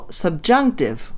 subjunctive